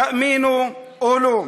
תאמינו או לא,